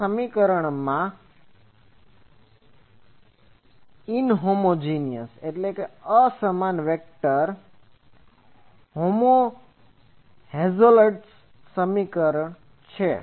આ F માં ઇન્હોમોજેનીઅસInhomogeneousઅસામાન વેક્ટર હેલમહોલ્ટ્ઝ સમીકરણ છે